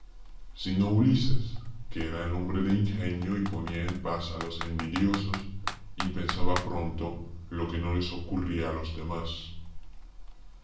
carro sino ulises que era el hombre de ingenio y ponía en paz a los envidiosos y pensaba pronto lo que no les ocurría a los demás